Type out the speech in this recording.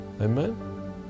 Amen